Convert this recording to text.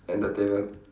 entertainment